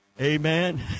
Amen